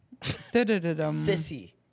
sissy